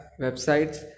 websites